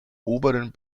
oberen